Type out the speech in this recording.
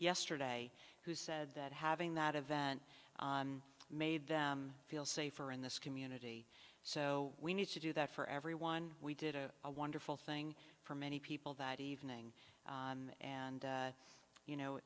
yesterday who said that having that event made them feel safer in this community so we need to do that for everyone we did a wonderful thing for many people that evening and you know